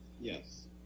Yes